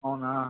అవునా